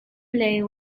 blue